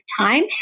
time